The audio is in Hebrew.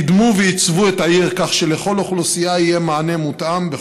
קידם ועיצב את העיר כך שלכל אוכלוסייה יהיה מענה מותאם.